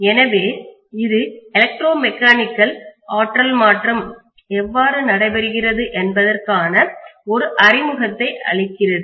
எனவே இது electro mechanical ஆற்றல் மாற்றம் எவ்வாறு நடைபெறுகிறது என்பதற்கான ஒரு அறிமுகத்தை அளிக்கிறது